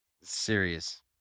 Serious